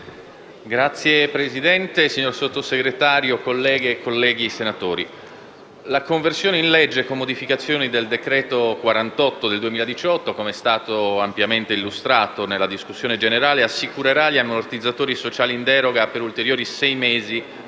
Signor Presidente, signor Sottosegretario, colleghe e colleghi senatori, la conversione in legge, con modificazioni, del decreto-legge n. 44 del 2018, come è stato ampiamente illustrato nella discussione generale, assicurerà gli ammortizzatori sociali in deroga per ulteriori sei mesi